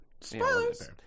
spoilers